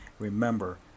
remember